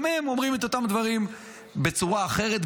הם אומרים את אותם דברים בצורה אחרת,